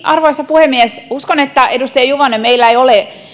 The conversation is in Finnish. arvoisa puhemies uskon edustaja juvonen että meillä ei ole